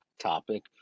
topic